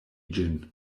ĝin